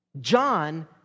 John